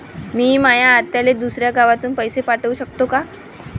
मी माया आत्याले दुसऱ्या गावातून पैसे पाठू शकतो का?